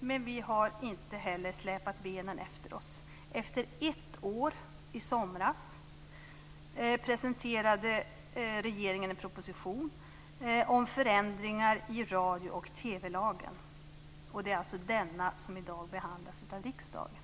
men vi har inte heller släpat benen efter oss. Efter ett år, i somras, presenterade regeringen en proposition om förändringar i radio och TV-lagen. Det är alltså denna som i dag behandlas av riksdagen.